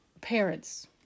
parents –